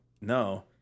no